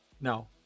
Now